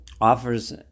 offers